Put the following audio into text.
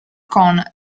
con